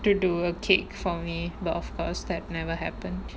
to do a cake for me but of course that never happened